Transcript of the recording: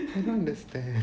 I don't understand